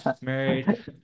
married